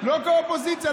ולא כאופוזיציה.